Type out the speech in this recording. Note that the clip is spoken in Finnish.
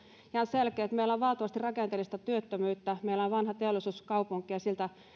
selkeä meillä on valtavasti rakenteellista työttömyyttä meillä on vanha teollisuuskaupunki ja siltä